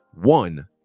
one